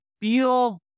feel